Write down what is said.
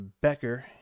Becker